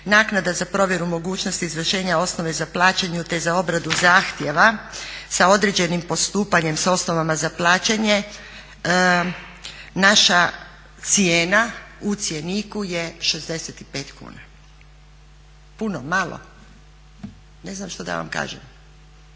naknada za provjeru mogućnosti izvršenja osnove za plaćanje te za obradu zahtjeva sa određenim postupanjem sa osnovama za plaćanje. Naša cijena u cjeniku je 65 kuna. Puno, malo, ne znam što da vam kažem.